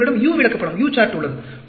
பின்னர் உங்களிடம் U விளக்கப்படம் உள்ளது